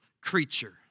creature